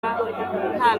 nta